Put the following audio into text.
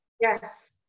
Yes